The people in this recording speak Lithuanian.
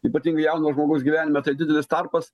ypatingai jauno žmogaus gyvenime tai didelis tarpas